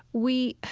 we,